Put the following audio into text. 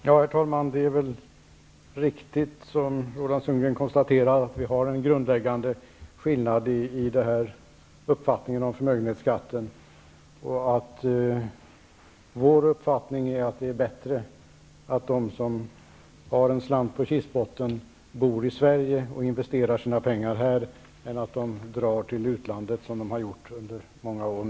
Herr talman! Det är väl riktigt som Roland Sundgren konstaterar att det är en grundläggande skillnad mellan våra uppfattningar om förmögenhetsskatten. Vår uppfattning är att det är bättre att de som har en slant på kistbotten bor i Sverige och investerar sina pengar här än att de drar till utlandet som de nu har gjort i många år.